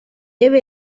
dvd